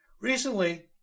Recently